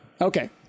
Okay